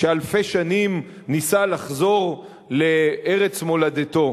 שאלפי שנים ניסה לחזור לארץ מולדתו.